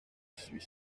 suis